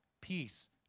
peace